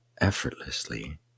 effortlessly